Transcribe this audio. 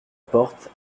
porte